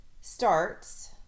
starts